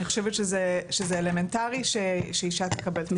אני חושבת שזה אלמנטרי שאישה תקבל --- את